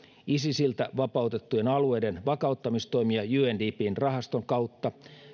isisiltä vapautettujen alueiden vakauttamistoimia undpn rahaston kautta